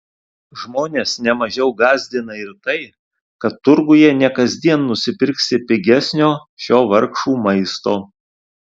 žmones ne mažiau gąsdina ir tai kad turguje ne kasdien nusipirksi pigesnio šio vargšų maisto